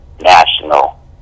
National